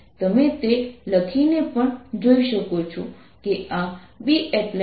તમે તે લખીને પણ જોઈ શકો છો કે આ Bapplied2M300 છે